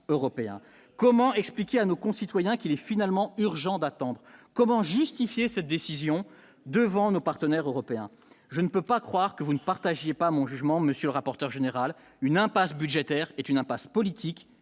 comment expliquer à nos concitoyens qu'il est finalement urgent d'attendre, comment justifier cette décision devant nos partenaires européens, je ne peux pas croire que vous ne partagez pas mon jugement Monsieur rapporteur général une impasse budgétaire est une impasse politique,